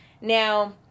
Now